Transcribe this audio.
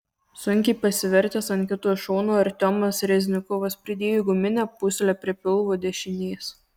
sunkiai pasivertęs ant kito šono artiomas reznikovas pridėjo guminę pūslę prie pilvo dešinės